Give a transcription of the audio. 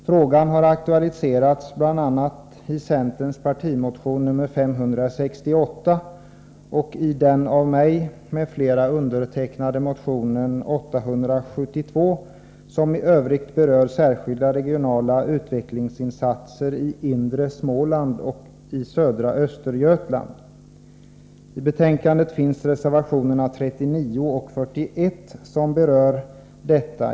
Frågan har aktualiserats bl.a. i centerns partimotion nr 568 och i den av mig m.fl. undertecknade motionen nr 872, som i övrigt berör särskilda regionala utvecklingsinsatser i inre Småland och i södra Östergötland. Reservationerna 39 och 41 berör denna fråga.